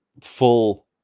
full